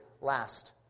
last